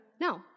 no